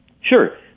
Sure